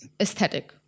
aesthetic